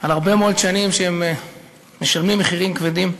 על הרבה מאוד שנים שהם משלמים מחירים כבדים.